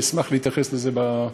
אשמח להתייחס לזה.